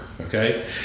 Okay